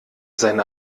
seine